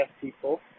people